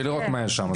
ולא רק מה יש שמה,